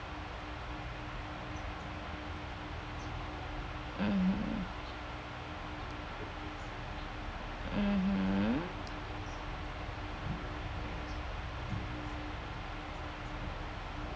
mm mmhmm